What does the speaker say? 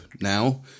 now